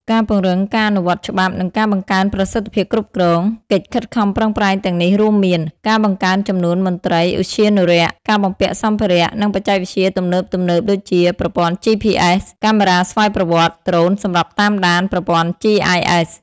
ការពង្រឹងការអនុវត្តច្បាប់ និងការបង្កើនប្រសិទ្ធភាពគ្រប់គ្រង កិច្ចខិតខំប្រឹងប្រែងទាំងនេះរួមមាន ការបង្កើនចំនួនមន្ត្រីឧទ្យានុរក្ស ការបំពាក់សម្ភារៈ និងបច្ចេកវិទ្យាទំនើបៗដូចជា ប្រព័ន្ធ GPS កាមេរ៉ាស្វ័យប្រវត្តិ ដ្រូនសម្រាប់តាមដាន ប្រព័ន្ធ GIS។